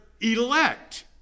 elect